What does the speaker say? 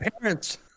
parents